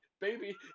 Baby